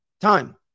Time